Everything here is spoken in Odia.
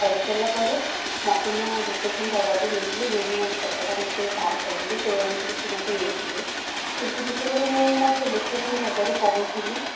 କରିସାରିଲା ପରେ ମୋତେ ମୋ ଲୋକେଶନ୍ ଜାଗାକୁ ନେଇଥିଲେ ଯେଉଁ ଯେଉଁ ଜାଗାଟା ମୋତେ ସାର୍ କହିଲେ ସେ ଅନୁସାରେ ସେ ମୋତେ ନେଇଥିଲେ କିନ୍ତୁ ଯେତେବେଳେ ମୁଁ ମୋ ସେ ଲୋକେଶନ୍ ଜାଗାରେ ପହଞ୍ଚିଲି